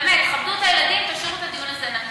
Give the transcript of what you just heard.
באמת, כבדו את הילדים, תשאירו את הדיון הזה נקי.